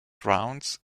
grounds